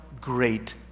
great